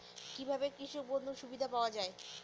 কি ভাবে কৃষক বন্ধুর সুবিধা পাওয়া য়ায়?